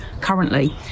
currently